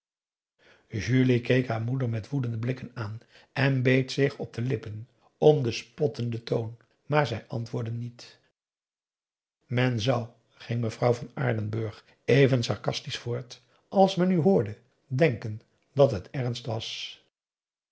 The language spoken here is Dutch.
haar moeder met woedende blikken aan en beet zich op de lippen om den spottenden toon maar zij antwoordde niet men zou ging mevrouw van aardenburg even sarcastisch voort als men u hoorde denken dat het ernst was